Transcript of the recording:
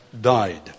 died